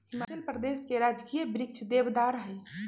हिमाचल प्रदेश के राजकीय वृक्ष देवदार हई